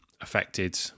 affected